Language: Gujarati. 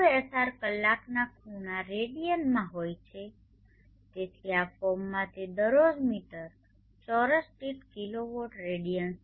ωSR કલાકના ખૂણા રેડિયનમાં હોય છે તેથી આ ફોર્મમાં તે દરરોજ મીટર ચોરસ દીઠ કિલોવોટ રેડિઅન્સ છે